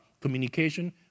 communication